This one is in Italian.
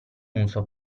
uso